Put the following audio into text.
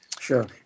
Sure